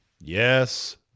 yes